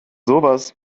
sowas